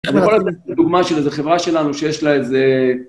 אני יכול לתת דוגמה של איזו חברה שלנו שיש לה איזה...